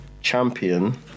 champion